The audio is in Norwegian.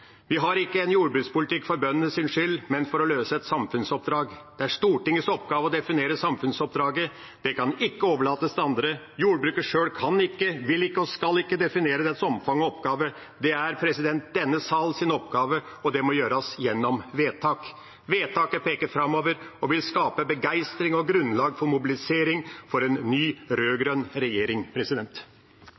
Vi har ikke en jordbrukspolitikk for bøndenes skyld, men for å løse et samfunnsoppdrag. Det er Stortingets oppgave å definere samfunnsoppdraget. Det kan ikke overlates til andre. Jordbruket sjøl kan ikke, vil ikke og skal ikke definere dets omfang og oppgave, det er denne sals oppgave, og det må gjøres gjennom vedtak. Vedtaket peker framover og vil skape begeistring og grunnlag for mobilisering for en ny rød-grønn regjering.